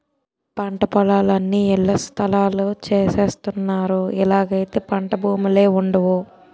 పంటపొలాలన్నీ ఇళ్లస్థలాలు సేసస్తన్నారు ఇలాగైతే పంటభూములే వుండవు